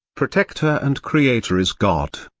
protector and creator is god.